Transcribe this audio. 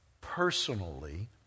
personally